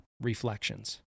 reflections